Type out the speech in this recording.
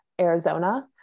Arizona